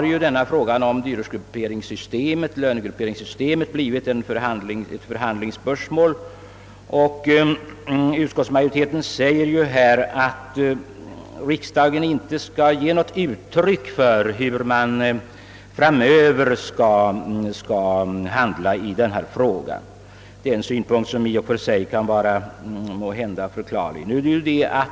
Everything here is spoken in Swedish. Frågan om lönegrupperingssystemet bar nu blivit ett förhandlingsspörsmål, och utskottsmajoriteten menar därför att riksdagen inte skall ge något uttryck för hur man framöver skall handla i denna fråga. Det är en synpunkt som i och för sig måhända kan vara förklarlig.